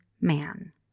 man